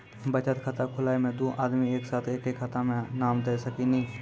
बचत खाता खुलाए मे दू आदमी एक साथ एके खाता मे नाम दे सकी नी?